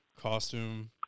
costume